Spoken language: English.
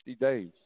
days